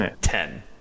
Ten